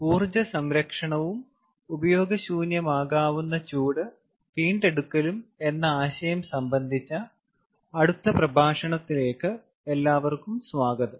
ഊർജ്ജ സംരക്ഷണവും ഉപയോഗശൂന്യമാകാവുന്ന ചൂട് വീണ്ടെടുക്കലും എന്ന ആശയം സംബന്ധിച്ച അടുത്ത പ്രഭാഷണത്തിലേക്ക് എല്ലാവർക്കും സ്വാഗതം